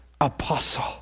Apostle